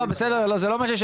לא בסדר, אבל זה לא מה ששאלתי.